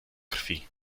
krwi